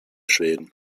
schweden